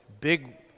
big